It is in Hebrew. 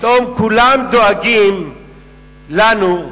פתאום כולם דואגים לנו,